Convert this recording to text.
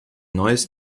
neues